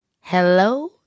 hello